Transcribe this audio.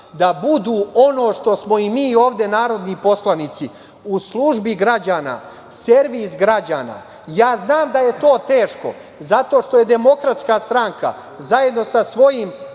da budu ono što smo i mi ovde narodni poslanici, u službi građana, servis građana. Znam da je to teško zato što je Demokratska stranka zajedno sa svojim